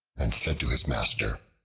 and said to his master,